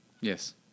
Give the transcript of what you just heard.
yes